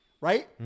right